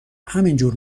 همینجور